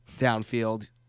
downfield